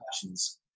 Passions